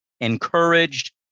encouraged